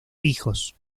hijos